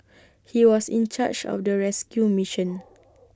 he was in charge of the rescue mission